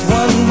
one